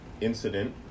incident